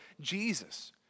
Jesus